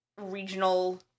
regional